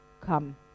come